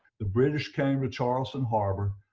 the british came to charleston harbor,